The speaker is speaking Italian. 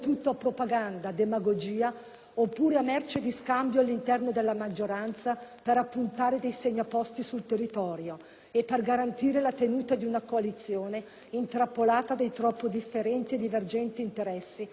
oppure a merce di scambio all'interno della maggioranza per appuntare dei segnaposti sul territorio e per garantire la tenuta di una coalizione intrappolata dai troppo differenti e divergenti interessi che si intendono rappresentare.